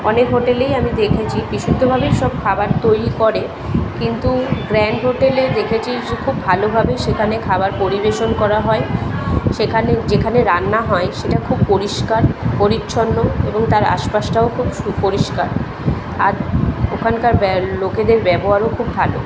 অনেক হোটেলেই আমি দেখেছি বিশুদ্ধভাবেই সব খাবার তৈরি করে কিন্তু গ্র্যান্ড হোটেলে দেখেছি যে খুব ভালোভাবেই সেখানে খাবার পরিবেশন করা হয় সেখানে যেখানে রান্না হয় সেটা খুব পরিষ্কার পরিচ্ছন্ন এবং তার আশপাশটাও খুব সু পরিষ্কার আর ওখানকার ব্য লোকেদের ব্যবহারও খুব ভালো